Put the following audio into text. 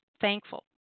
thankful